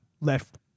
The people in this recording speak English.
left